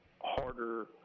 harder